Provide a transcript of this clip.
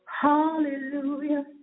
Hallelujah